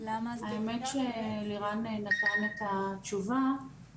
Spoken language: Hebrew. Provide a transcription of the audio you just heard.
כל הדברים האלה נמצאים בפורטלים